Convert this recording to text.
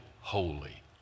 holy